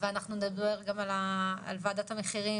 ואנחנו נדבר גם על ועדת המחירים